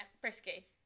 Frisky